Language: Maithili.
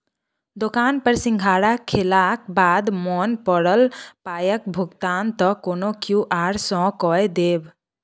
दोकान पर सिंघाड़ा खेलाक बाद मोन पड़ल पायक भुगतान त कोनो क्यु.आर सँ कए देब